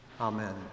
Amen